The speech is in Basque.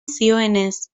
zioenez